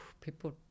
people